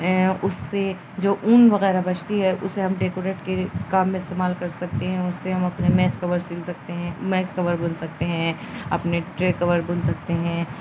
اس سے جو اون وغیرہ بچتی ہے اسے ہم ڈیکوریٹ کے کام میں استعمال کر سکتے ہیں اس سے ہم اپنے میس کور سن سکتے ہیں میس کور بن سکتے ہیں اپنے ٹرے کور بن سکتے ہیں